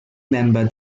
member